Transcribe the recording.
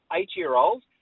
eight-year-old